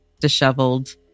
disheveled